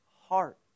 heart